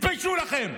תתביישו לכם.